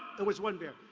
it was one beer.